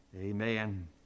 Amen